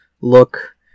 look